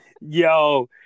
yo